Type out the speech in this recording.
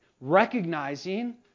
Recognizing